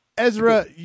Ezra